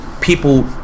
people